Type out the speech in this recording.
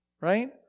right